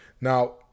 Now